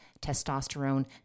testosterone